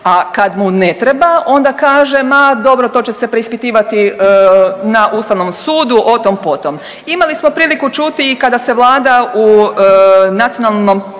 a kada mu ne treba onda kaže ma dobro to će se preispitivati na Ustavnom sudu o tom potom. Imali smo priliku čuti i kada se Vlada u Nacionalnom